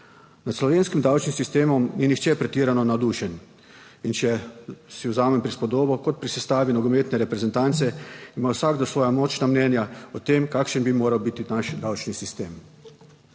Nad slovenskim davčnim sistemom ni nihče pretirano navdušen in če si vzamem prispodobo, kot pri sestavi nogometne reprezentance, ima vsakdo svoja močna mnenja o tem, kakšen bi moral biti naš davčni sistem.